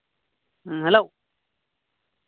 ᱦᱮᱸ ᱦᱮᱞᱳ